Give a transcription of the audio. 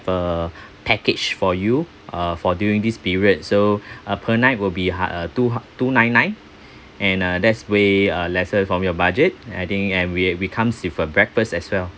a package for you uh for during this period so uh per night will be hu~ two hu~ two nine nine and uh that's way uh lesser from your budget I think and we it comes with a breakfast as well